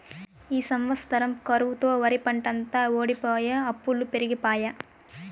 ఈ సంవత్సరం కరువుతో ఒరిపంటంతా వోడిపోయె అప్పులు పెరిగిపాయె